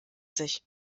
sich